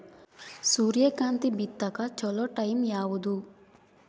ಸೂರ್ಯಕಾಂತಿ ಬಿತ್ತಕ ಚೋಲೊ ಟೈಂ ಯಾವುದು?